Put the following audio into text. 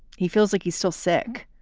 he feels like he's still sick.